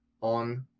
on